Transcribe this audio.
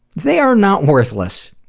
they are not worthless!